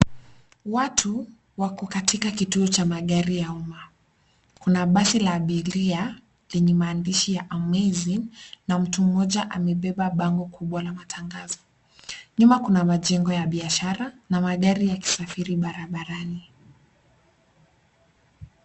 Watu, wako katika kituo cha magari ya umma, kuna basi la abiria, lenye maandishi ya Amazing , na mtu mmoja amebeba bango kubwa la matangazo, nyuma kuna majengo ya biashara, na magari yakisafiri barabarani.